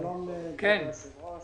שלום לכבוד היושב-ראש.